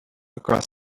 across